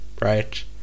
right